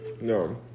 No